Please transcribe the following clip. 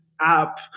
app